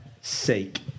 sake